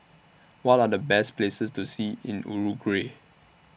What Are The Best Places to See in Uruguay